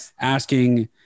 asking